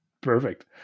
Perfect